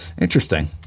Interesting